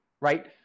right